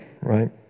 right